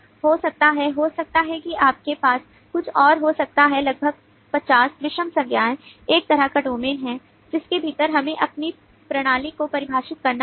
हो सकता है हो सकता है कि आपके पास कुछ और हो सकता है लगभग 50 विषम संज्ञाएं एक तरह का डोमेन है जिसके भीतर हमें अपनी प्रणाली को परिभाषित करना होगा